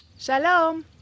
Shalom